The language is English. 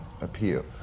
appeal